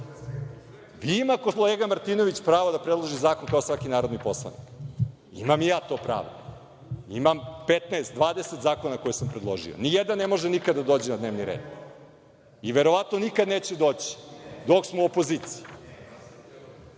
kolega Martinović pravo da predloži zakon, kao i svaki narodni poslanik, imam i ja to pravo. Imam 15, 20 zakona koje sam predložio, nijedan ne može nikada da dođe na dnevni red i verovatno nikada neće doći dok smo u opoziciji. Kad